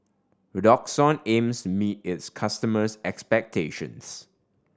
redoxon aims meet its customers' expectations